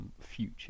future